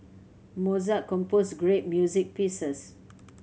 Mozart composed great music pieces